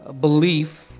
belief